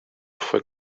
fue